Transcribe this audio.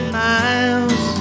miles